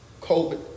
COVID